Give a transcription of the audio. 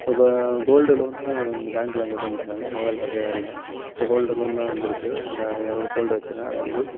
இப்போ கோல்ட்டு லோனும் பேங்க்ல கொண்டு வந்திருக்காங்க முதல்ல அது இல்லை இப்போ கோல்ட்டு லோன்லாம் வந்திருக்கு நம்ம எவ்வளோ கோல்டு வச்சிருக்கோம் அதை வந்து